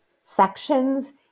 sections